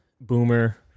boomer